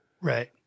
Right